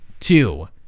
Two